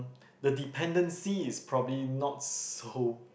the dependency is probably not so